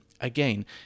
again